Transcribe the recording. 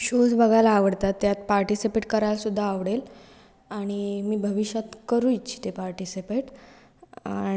shows बघायला आवडतात त्यात पार्टिसिपेट करायलासुद्धा आवडेल आणि मी भविष्यात करू इच्छिते पार्टिसिपेट आणि